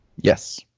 Yes